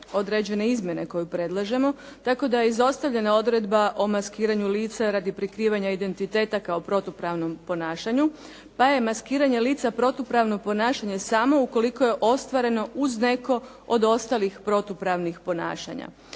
određene izmjene koju predlažemo, tako da je izostavljena odredba o maskiranju lica radi prikrivanja identiteta kao protupravnom ponašanju. Pa je maskiranje lica protupravno ponašanje samo ukoliko je ostvareno uz neko od ostalih protupravni ponašanja.